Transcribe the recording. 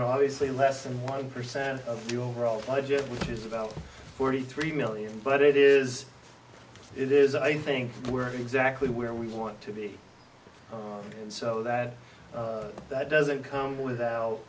know obviously less than one percent of your overall legit which is about forty three million but it is it is i think we're exactly where we want to be so that that doesn't come without